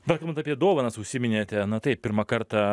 dar kalbant apie dovanas užsiiminėte na taip pirmą kartą